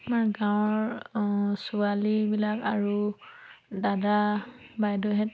আমাৰ গাঁৱৰ ছোৱালীবিলাক আৰু দাদা বাইদেউহেঁত